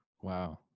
Wow